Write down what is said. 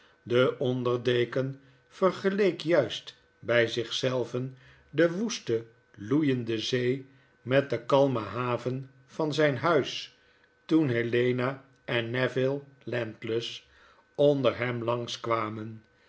de onder deken vergeleek juist by zich zelven de woeste loeiende zee met de kalme haven van zy n huis toen helena en neville landless onder hem langs